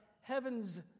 heavens